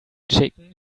chicken